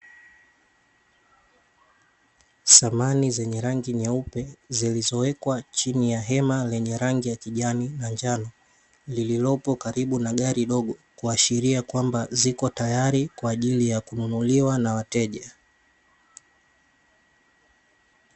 Samani zenye rangi nyeupe, zilizowekwa chini ya hema lenye rangi ya kijani na njano, lililopo karibu na gari dogo. Kuashiria kwamba ziko tayari, kwa ajili ya kununuliwa na wateja.